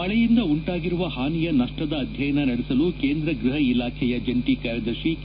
ಮಳೆಯಿಂದ ಉಂಟಾಗಿರುವ ಹಾನಿಯ ನಷ್ಷದ ಅಧ್ಯಯನ ನಡೆಸಲು ಕೇಂದ್ರ ಗ್ಲಹ ಇಲಾಖೆಯ ಜಂಟಿ ಕಾರ್ಯದರ್ತಿ ಕೆ